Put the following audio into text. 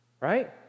right